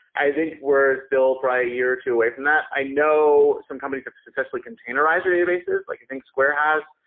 i think we're still probably a year or two away from that. i know some companies have successfully containerized their databases, like i think square has,